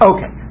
Okay